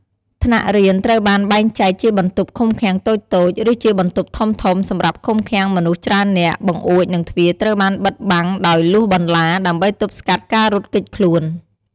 ថ្នាក់រៀនត្រូវបានបែងចែកជាបន្ទប់ឃុំឃាំងតូចៗ ឬជាបន្ទប់ធំៗសម្រាប់ឃុំឃាំងមនុស្សច្រើននាក់ បង្អួច និងទ្វារត្រូវបានបិទបាំងដោយលួសបន្លា ដើម្បីទប់ស្កាត់ការរត់គេចខ្លួន។